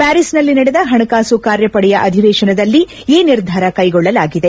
ಪ್ಲಾರಿಸ್ನಲ್ಲಿ ನಡೆದ ಹಣಕಾಸು ಕಾರ್ಯಪಡೆಯ ಅಧಿವೇಶನದಲ್ಲಿ ಈ ನಿರ್ಧಾರ ಕೈಗೊಳ್ಳಲಾಗಿದೆ